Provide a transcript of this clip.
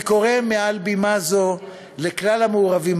אני קורא מעל בימה זו לכלל המעורבים